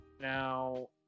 Now